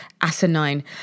asinine